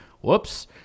whoops